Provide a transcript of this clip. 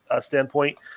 standpoint